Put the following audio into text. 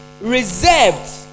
reserved